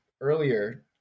earlier